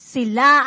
Sila